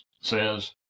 says